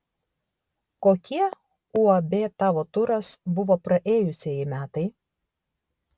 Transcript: kokie uab tavo turas buvo praėjusieji metai